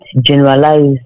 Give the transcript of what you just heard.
generalize